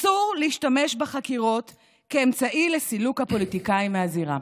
אסור להשתמש בחקירות כאמצעי לסילוק הפוליטיקאים מהזירה.